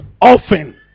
often